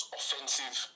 offensive